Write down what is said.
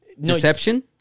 Deception